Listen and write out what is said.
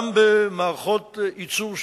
גם במערכות ייצור שונות,